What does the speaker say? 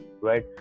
right